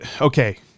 okay